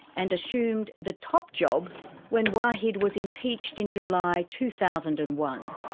and assumed the top job when wahid was impeached in july two thousand and one.